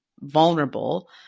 vulnerable